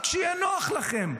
רק שיהיה נוח לכם,